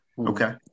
Okay